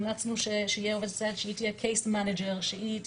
המלצנו שתהיה עו"סית שהיא תהיה CASE MANAGER רק